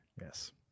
Yes